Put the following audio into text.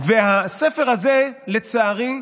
והספר הזה, לצערי,